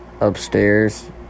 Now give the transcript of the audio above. upstairs